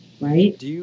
Right